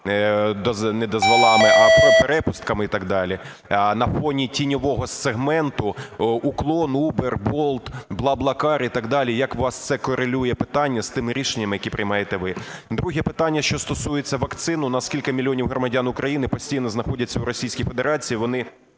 не дозволами, а перепустками і так далі. На фоні тіньового сегмента Uklon, Uber, Bolt, BlaBlaCar і так далі, як вас це корелює питання з тими рішеннями, які приймаєте ви? Друге питання, що стосується вакцин. У нас кілька мільйонів громадян України постійно знаходяться в Російській Федерації, вони